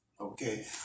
okay